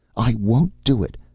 i won't do it!